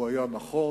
והוא היה נכון,